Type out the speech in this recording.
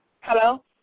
Hello